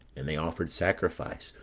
and they offered sacrifice,